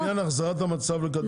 רק לעניין החזרת המצב לקדמותו.